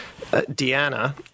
Deanna